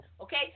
Okay